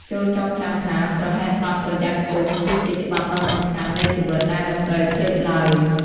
ចូរចងចាំថា «ប្រហែសបាត់ ប្រយ័ត្នគង់» គឺជាច្បាប់ដ៏សំខាន់នៃជីវិតដែលមិនត្រូវភ្លេចឡើយ។